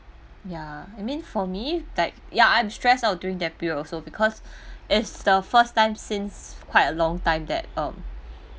ya I mean for me like ya I'm stress out during that period also because it's the first time since quite a long time that um